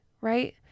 right